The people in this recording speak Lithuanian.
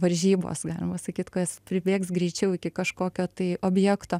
varžybos galima sakyt kas pribėgs greičiau iki kažkokio tai objekto